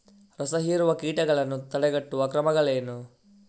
ರಸಹೀರುವ ಕೀಟಗಳನ್ನು ತಡೆಗಟ್ಟುವ ಕ್ರಮಗಳೇನು?